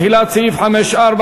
תחילת סעיף 5ב),